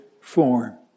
form